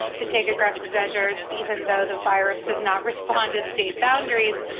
to take aggressive measures, even though the virus does not respond to state boundaries.